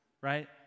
right